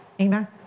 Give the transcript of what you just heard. amen